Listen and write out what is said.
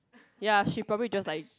ya she probably just like